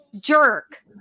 jerk